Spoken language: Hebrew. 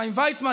חיים ויצמן,